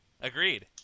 Agreed